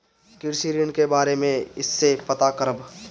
कृषि ऋण के बारे मे कइसे पता करब?